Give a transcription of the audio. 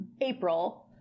April